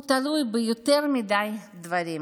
הוא תלוי ביותר מדי דברים